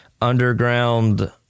underground